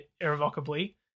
irrevocably